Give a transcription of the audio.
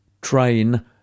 train